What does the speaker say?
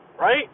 right